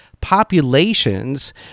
populations